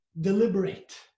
deliberate